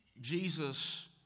Jesus